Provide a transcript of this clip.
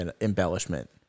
embellishment